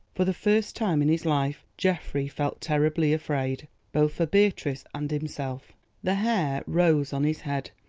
for the first time in his life geoffrey felt terribly afraid, both for beatrice and himself the hair rose on his head,